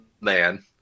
man